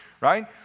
right